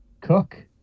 cook